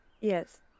Yes